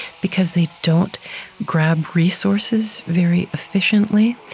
because they don't grab resources very efficiently,